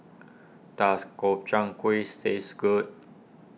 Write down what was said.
does Gobchang Guis taste good